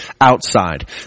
outside